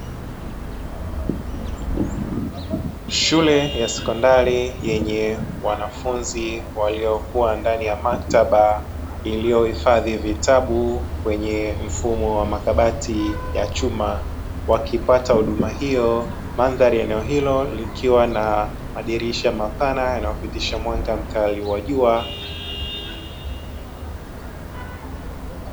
Shule ya sekondari yenye wanafunzi waliokuwa ndani ya maktaba, iliyohifadhi vitabu kwenye mfumo wa makabati ya chuma, wakipata hiyo. Mandhari wa eneo hilo likiwa na madirisha mapana yanayopitisha mwanga mkali wa jua.